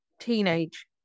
teenage